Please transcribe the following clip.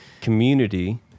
community